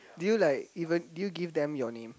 do you like even do you give them your name